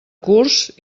curs